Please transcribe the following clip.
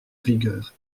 rigueur